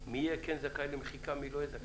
מי יהיה זכאי למחיקה, מי לא יהיה זכאי למחיקה.